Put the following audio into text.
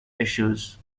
issues